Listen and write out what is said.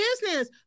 business